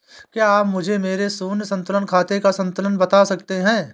क्या आप मुझे मेरे शून्य संतुलन खाते का संतुलन बता सकते हैं?